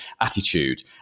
attitude